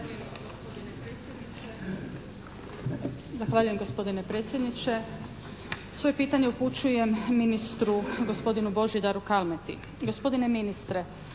Hvala vam.